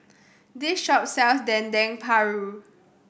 this shop sells Dendeng Paru